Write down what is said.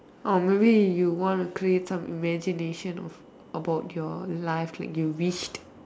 or maybe you want to create some imagination of about your life like you wished